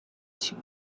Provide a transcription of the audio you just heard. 情况